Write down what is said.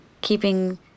keeping